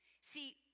See